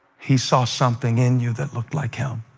he saw something in you that looked like him,